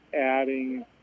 adding